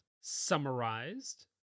summarized